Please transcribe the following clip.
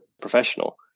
professional